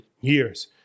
years